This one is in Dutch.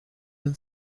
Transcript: een